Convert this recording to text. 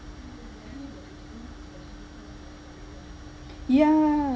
yeah